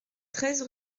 treize